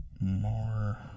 more